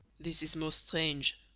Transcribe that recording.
this is most strange,